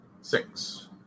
Six